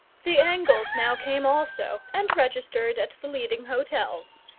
the angles now came also and registered at the leading hotels.